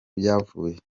byavuye